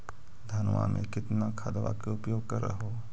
धानमा मे कितना खदबा के उपयोग कर हू?